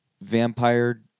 vampire